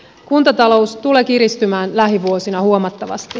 kuntatalous tulee kiristymään lähivuosina huomattavasti